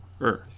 earth